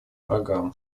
программ